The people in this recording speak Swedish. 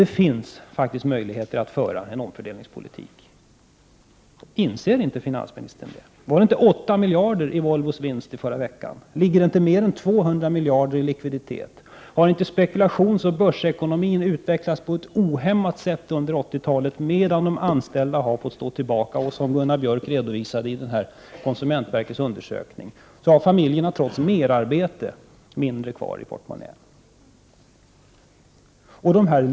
Det finns faktiskt möjligheter att föra en omfördelningspolitik. Inser inte finansministern det? Var det inte 8 miljarder som Volvo i förra veckan redovisade som vinst? Är inte likviditeten mer än 200 miljarder? Har inte spekulationsoch börsekonomin utvecklats på ett ohämmat sätt under 80-talet, medan de anställda har fått stå tillbaka? Som Gunnar Björk redovisade med hjälp av konsumentverkets undersökning har familjerna, trots merarbete, mindre kvar i portmonnän.